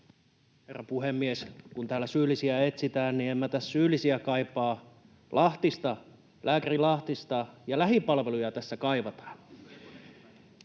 Herra puhemies! Kun täällä syyllisiä etsitään, niin en mä täs syyllisiä kaipaa — lääkäri Lahtista ja lähipalveluja tässä kaivataan.